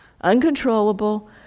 uncontrollable